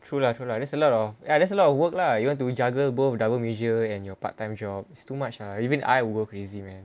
true lah true lah there's a lot of ya there's a lot of work lah you want to jaga both double major and your part time job it's too much ah even I will crazy man